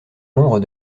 membres